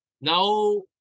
Now